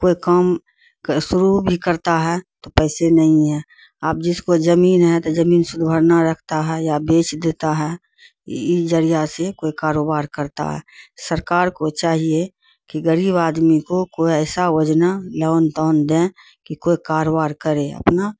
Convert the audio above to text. کوئی کام شروع بھی کرتا ہے تو پیسے نہیں ہے اب جس کو زمین ہے تو زمین سود بھرنا رکھتا ہے یا بیچ دیتا ہے اس ذریعہ سے کوئی کاروبار کرتا ہے سرکار کو چاہیے کہ غریب آدمی کو کوئی ایسا یوجنا لون تون دیں کہ کوئی کاروبار کرے اپنا